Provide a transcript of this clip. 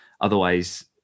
Otherwise